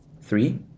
Three